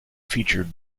featured